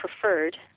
preferred